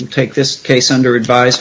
you take this case under advi